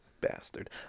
bastard